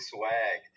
Swag